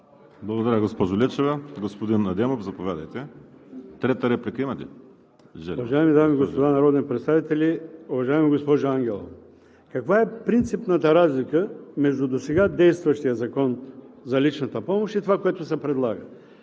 Благодаря, госпожо Лечева. Господин Адемов, заповядайте. ХАСАН АДЕМОВ (ДПС): Уважаеми дами и господа народни представители! Уважаема госпожо Ангелова, каква е принципната разлика между досега действащия Закон за личната помощ и това, което се предлага?